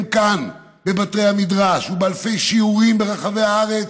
הם כאן בבתי המדרש, ובאלפי שיעורים ברחבי הארץ,